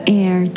air